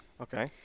Okay